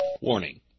Warning